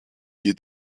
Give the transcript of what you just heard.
year